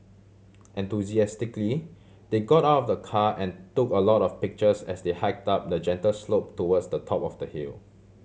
enthusiastically they got out of the car and took a lot of pictures as they hiked up the gentle slope towards the top of the hill